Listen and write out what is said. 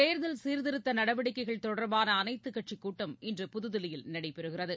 தோதல் சீர்த்திருத்தநடவடிக்கைகள் தொடர்பானஅனைத்துக் கட்சிகூட்டம் இன்று புதுதில்லியில் நடைபெறுகிறது